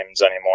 anymore